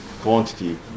quantity